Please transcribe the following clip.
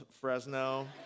Fresno